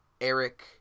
eric